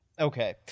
Okay